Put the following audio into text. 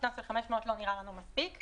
קנס של 500 לא נראה לנו מספיק.